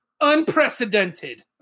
unprecedented